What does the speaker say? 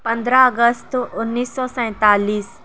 پندرہ اگست انیس سو سینتالیس